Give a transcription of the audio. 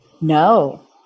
no